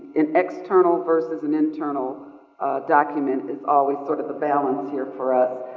an external versus an internal document is always sort of the balance here for us.